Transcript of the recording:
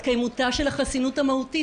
לידי ביטוי בשאלה של חסינות מהותית,